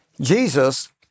Jesus